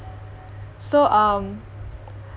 so um